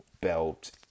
Belt